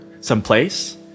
someplace